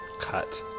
cut